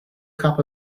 cup